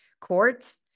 courts